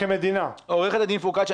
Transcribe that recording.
עורכת הדין פרוקציה,